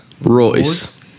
Royce